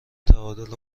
تعادل